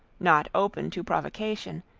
not open to provocation,